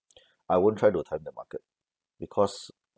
I won't try to time the market because